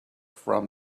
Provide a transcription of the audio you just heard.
from